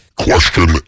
Question